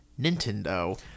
Nintendo